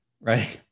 right